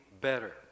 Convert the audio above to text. better